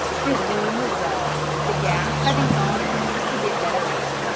his room was dark, the gas having gone out to get better air.